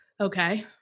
Okay